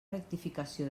rectificació